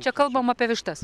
čia kalbam apie vištas